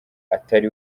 atari